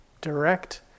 direct